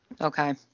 Okay